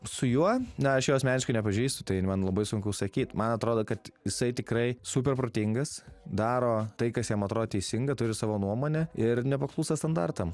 su juo aš jo asmeniškai nepažįstu tai man labai sunku sakyt man atrodo kad jisai tikrai super protingas daro tai kas jam atrodo teisinga turi savo nuomonę ir nepaklūsta standartam